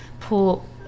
pull